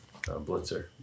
Blitzer